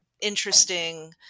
interesting